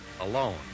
alone